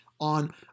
on